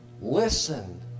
listen